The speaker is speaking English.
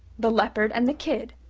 the leopard and the kid,